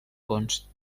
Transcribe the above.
ponts